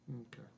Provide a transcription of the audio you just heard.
okay